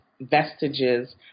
vestiges